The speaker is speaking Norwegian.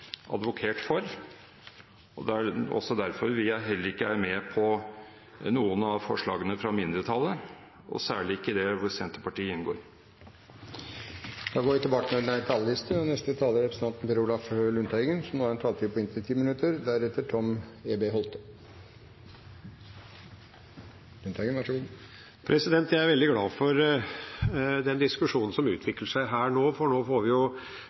advokert for. Det er også derfor vi heller ikke er med på noen av forslagene fra mindretallet, og særlig ikke der hvor Senterpartiet inngår. Replikkordskiftet er omme. Jeg er veldig glad for den diskusjonen som utvikler seg her, for nå får vi